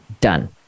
Done